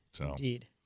Indeed